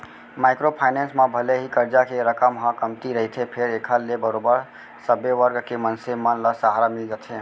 micro finance म भले ही करजा के रकम ह कमती रहिथे फेर एखर ले बरोबर सब्बे वर्ग के मनसे मन ल सहारा मिल जाथे